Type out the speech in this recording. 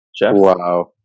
Wow